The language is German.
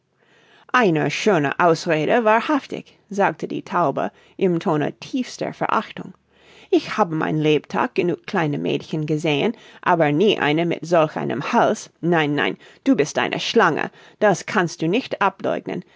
eine schöne ausrede wahrhaftig sagte die taube im tone tiefster verachtung ich habe mein lebtag genug kleine mädchen gesehen aber nie eine mit solch einem hals nein nein du bist eine schlange das kannst du nicht abläugnen